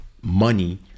money